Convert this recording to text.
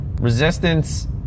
Resistance